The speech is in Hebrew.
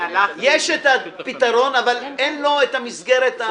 יש פתרון, אבל אין לו מסגרת.